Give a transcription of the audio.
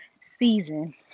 season